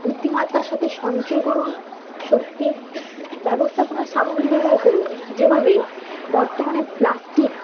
বুদ্ধিমত্তার সাথে সঞ্চয় করুন শক্তি ব্যবস্থাপনার সামগ্রী ব্যবহার করুন যেভাবে বর্তমানে প্লাস্টিক